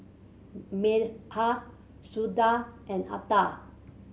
Medha Sundar and Atal